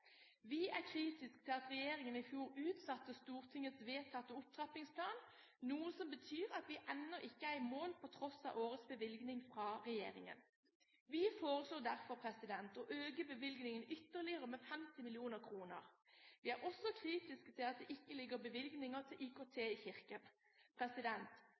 Vi er kritiske til at regjeringen i fjor utsatte Stortingets vedtatte opptrappingsplan, noe som betyr at vi ennå ikke er i mål, på tross av årets bevilgning fra regjeringen. Vi foreslår derfor å øke bevilgningen ytterligere med 50 mill. kr. Vi er også kritiske til at det ikke ligger bevilgninger til